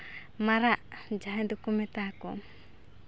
ᱢᱟᱨᱟᱜ ᱡᱟᱦᱟᱸᱭ ᱫᱚᱠᱚ ᱢᱮᱛᱟ ᱠᱚ